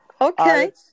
Okay